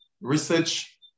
research